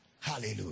Hallelujah